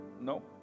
no